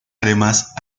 además